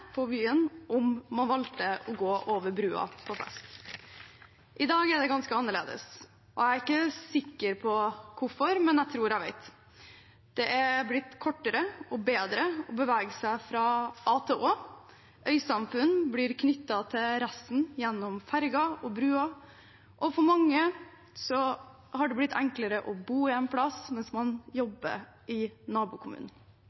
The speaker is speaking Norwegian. på byen om man valgte å gå over brua på fest. I dag er det ganske annerledes. Jeg er ikke sikker på hvorfor, men jeg tror jeg vet. Det er blitt kortere og bedre å bevege seg fra a til å, øysamfunn blir knyttet til resten gjennom ferger og bruer, og for mange har det blitt enklere å bo en plass mens man